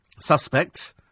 suspect